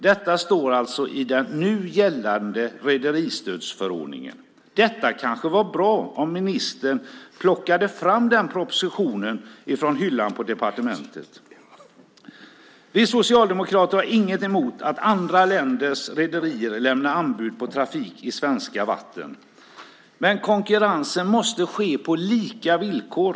Detta står alltså i den nu gällande rederistödsförordningen. Det vore kanske bra om ministern plockade fram den propositionen från hyllan på departementet. Vi socialdemokrater har inget emot att andra länders rederier lämnar anbud på trafik i svenska vatten, men konkurrensen måste ske på lika villkor.